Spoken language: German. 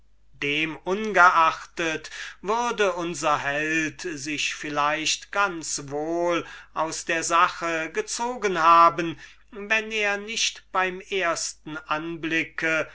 ungeachtet würde unser held sich vielleicht ganz wohl aus der sache gezogen haben wenn er nicht beim ersten anblick